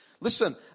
Listen